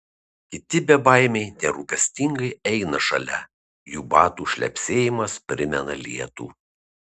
kiti bebaimiai nerūpestingai eina šalia jų batų šlepsėjimas primena lietų